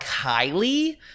Kylie